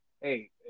hey